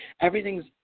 Everything's